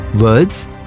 Words